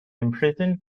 imprisoned